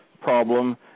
problem